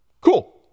Cool